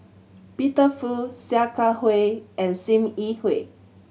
Peter Fu Sia Kah Hui and Sim Yi Hui